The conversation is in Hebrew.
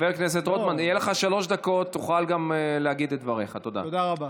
בואו ניתן להם חצי שנה --- הם יכולים להתפטר לפני הקריאה השלישית.